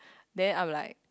then I'm like